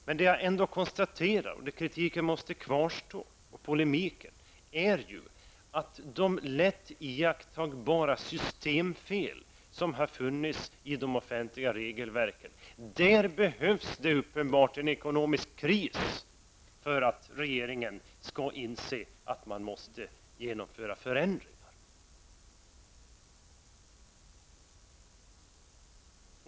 Men jag konstaterar ändå, och där måste kritiken och polemiken kvarstå, att det har funnits lätt iakttagbara systemfel i de offentliga regelverken. Det behövs uppenbarligen en ekonomisk kris för att regeringen skall inse att man måste genomföra förändringar.